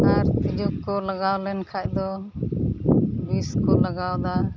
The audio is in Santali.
ᱟᱨ ᱛᱤᱡᱩᱠᱚ ᱞᱟᱜᱟᱣᱞᱮᱱ ᱠᱷᱟᱡ ᱫᱚ ᱵᱤᱥᱠᱚ ᱞᱟᱜᱟᱣᱮᱫᱟ